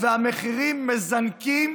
והמחירים מזנקים